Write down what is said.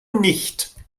nicht